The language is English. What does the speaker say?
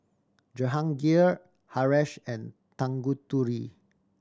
Jehangirr Haresh and Tanguturi